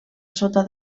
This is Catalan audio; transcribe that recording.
sota